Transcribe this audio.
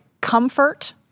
comfort